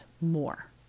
more